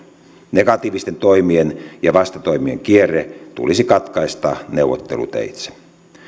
negatiivisten toimien ja vastatoimien kierre tulisi katkaista neuvotteluteitse